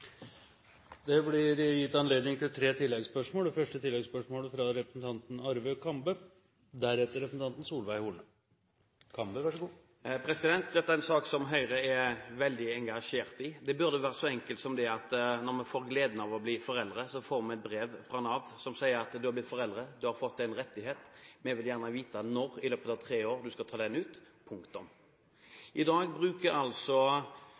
Det blir gitt anledning til tre oppfølgingsspørsmål – først representanten Arve Kambe. Dette er en sak som Høyre er veldig engasjert i. Det burde vært så enkelt som at når man får gleden av å bli foreldre, får man et brev fra Nav som sier at du har blitt forelder, du har fått en rettighet, vi vil gjerne vite når i løpet av tre år du skal ta ut den